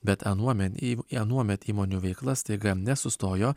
bet anuomet į anuomet įmonių veikla staiga nesustojo